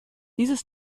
dieses